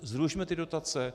Zrušme ty dotace.